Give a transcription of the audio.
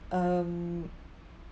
um